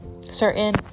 certain